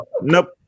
Nope